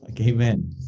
Amen